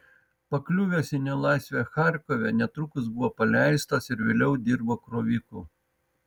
pakliuvęs į nelaisvę charkove netrukus buvo paleistas ir vėliau dirbo kroviku